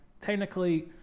technically